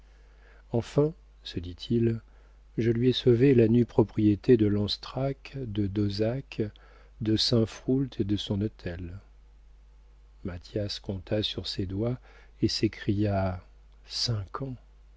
enfin se dit-il je lui ai sauvé la nue propriété de lanstrac de d'auzac de saint froult et de son hôtel mathias compta sur ses doigts et s'écria